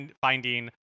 finding